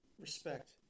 respect